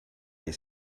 your